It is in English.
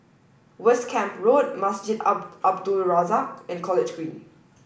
West Camp Road Masjid Al Abdul Razak and College Green